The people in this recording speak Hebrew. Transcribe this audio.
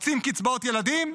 רוצים קצבאות ילדים?